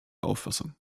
auffassung